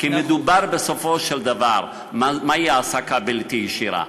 כי בסופו של דבר, מהי העסקה בלתי ישירה?